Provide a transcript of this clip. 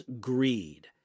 greed